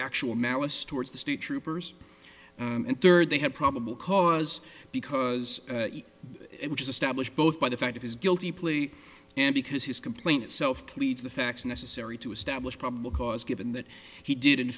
actual malice towards the state troopers and third they have probable cause because it which is established both by the fact of his guilty plea and because his complaint itself pleads the facts necessary to establish probable cause given that he did in